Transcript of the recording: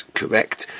correct